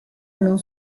non